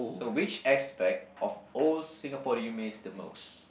so which aspect of old Singapore do you miss the most